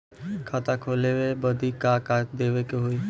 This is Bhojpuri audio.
खाता खोलावे बदी का का देवे के होइ?